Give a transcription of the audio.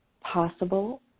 possible